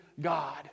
God